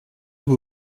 beau